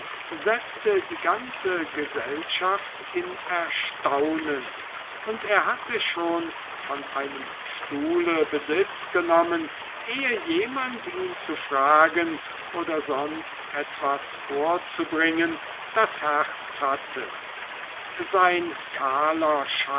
setzte die ganze gesellschaft in erstaunen und er hatte schon von einem stuhle besitz genommen ehe jemand ihn zu fragen oder sonst etwas vorzubringen das herz hatte sein kahler